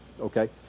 okay